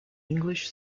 english